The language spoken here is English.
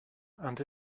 and